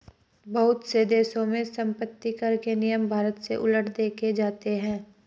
बहुत से देशों में सम्पत्तिकर के नियम भारत से उलट देखे जाते हैं